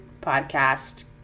podcast